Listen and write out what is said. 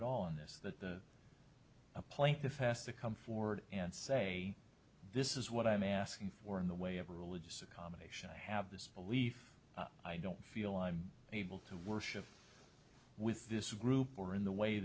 at all on this that a plane the fast to come forward and say this is what i'm asking for in the way of religious accommodation i have this belief i don't feel i'm able to worship with this group or in the way